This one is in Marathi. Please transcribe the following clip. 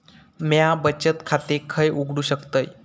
म्या बचत खाते खय उघडू शकतय?